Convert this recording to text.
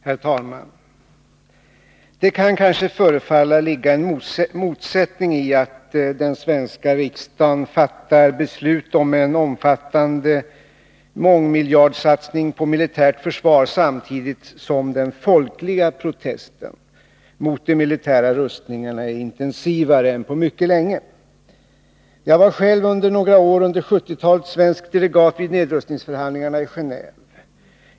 Herr talman! Det kan kanske förefalla som om det ligger en motsättning i att den svenska riksdagen fattar beslut om en omfattande mångmiljardsatsning på militärt försvar samtidigt som den folkliga protesten mot de militära rustningarna är intensivare än på mycket länge. Jag var själv under några år på 1970-talet svensk delegat vid nedrustningsförhandlingarna i Geneve.